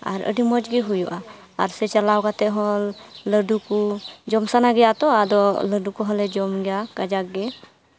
ᱟᱨ ᱟᱹᱰᱤ ᱢᱚᱡᱽ ᱜᱮ ᱦᱩᱭᱩᱜᱼᱟ ᱟᱨ ᱥᱮ ᱪᱟᱞᱟᱣ ᱠᱟᱛᱮ ᱦᱚᱸ ᱞᱟᱹᱰᱩ ᱠᱚ ᱡᱚᱢ ᱥᱟᱱᱟ ᱜᱮᱭᱟ ᱛᱚ ᱟᱫᱚ ᱞᱟᱹᱰᱩ ᱠᱚ ᱦᱚᱸᱞᱮ ᱡᱚᱢ ᱜᱮᱭᱟ ᱠᱟᱡᱟᱠ ᱜᱮ